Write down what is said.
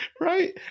Right